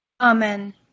Amen